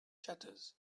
shutters